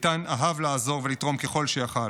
איתן אהב לעזור ולתרום ככל שיכול.